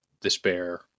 despair